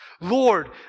Lord